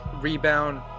rebound